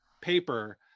paper